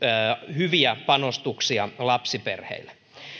hyviä panostuksia lapsiperheille